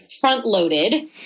front-loaded